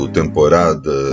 temporada